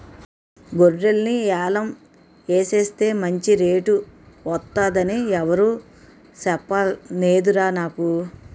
గొర్రెల్ని యాలం ఎసేస్తే మంచి రేటు వొత్తదని ఎవురూ సెప్పనేదురా నాకు